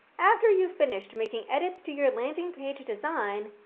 after you've finished making edits to your landing page design,